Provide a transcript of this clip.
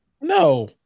No